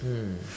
hmm